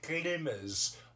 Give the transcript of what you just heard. glimmers